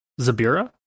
Zabira